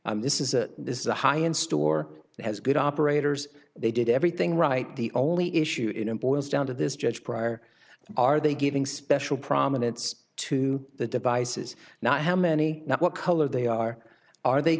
this is a this is a high end store that has good operators they did everything right the only issue in boils down to this judge prior are they giving special prominence to the devices now how many know what color they are are they